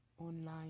online